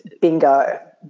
bingo